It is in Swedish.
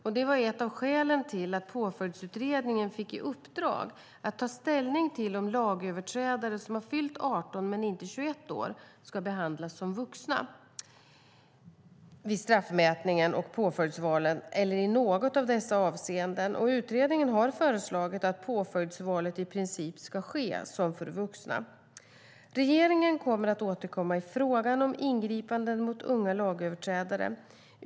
Detta var ett av skälen till att Påföljdsutredningen fick i uppdrag att ta ställning till om lagöverträdare som har fyllt 18 men inte 21 år ska behandlas som vuxna lagöverträdare vid straffmätningen och påföljdsvalet eller i något av dessa avseenden. Utredningen har föreslagit att påföljdsvalet i princip ska ske som för vuxna. Regeringen kommer att återkomma i frågan om ingripanden mot unga lagöverträdare.